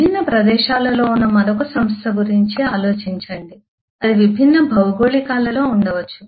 విభిన్న ప్రదేశాలలో ఉన్న మరొక సంస్థ గురించి ఆలోచించండి అది విభిన్న భౌగోళికాలలో ఉండవచ్చు